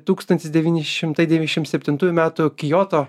tūkstantis devyni šimtai devyniasdešim septintųjų metų kioto